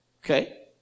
Okay